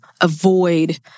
avoid